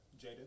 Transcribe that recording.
Jaden